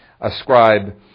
ascribe